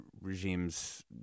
regime's